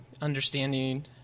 understanding